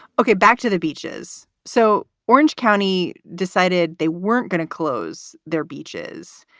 ok, back to the beaches. so orange county decided they weren't going to close their beaches.